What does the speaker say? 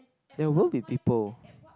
there will be people